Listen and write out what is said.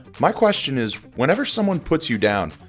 my question is whenever someone puts you down,